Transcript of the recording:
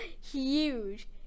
huge